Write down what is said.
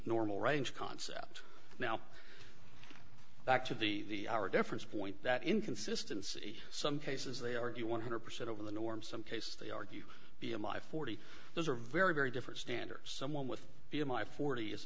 normal range concept now back to the hour difference point that inconsistency some cases they argue one hundred percent over the norm some cases they argue b m i forty those are very very different standards someone with b m i forty is